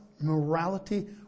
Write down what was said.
morality